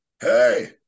hey